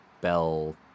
bell